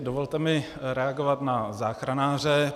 Dovolte mi reagovat na záchranáře.